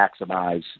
maximize